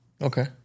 Okay